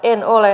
ei ole